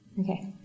Okay